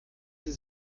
sie